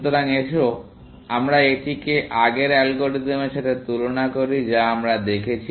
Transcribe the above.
সুতরাং এসো আমরা এটিকে আগের অ্যালগরিদমের সাথে তুলনা করি যা আমরা দেখেছি